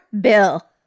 Bill